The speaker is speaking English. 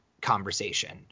conversation